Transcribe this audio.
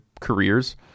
careers